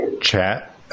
chat